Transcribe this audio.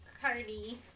Cardi